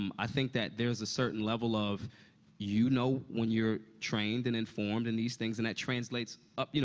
um i think that there's a certain level of you know when you're trained and informed in these things, and that translates up you